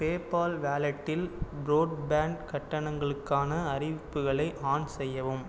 PayPal வாலெட்டில் broadband கட்டணங்களுக்கான அறிவிப்புகளை ஆன் செய்யவும்